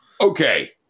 Okay